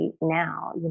now